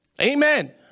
Amen